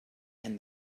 and